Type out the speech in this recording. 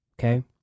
Okay